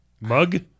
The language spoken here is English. Mug